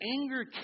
anger